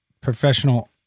professional